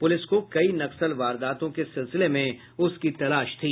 police को कई नक्सल वारदात के सिलसिले में उसकी तलाश थी